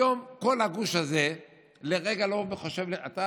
היום כל הגוש הזה לרגע לא חושב, אתה